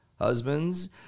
husbands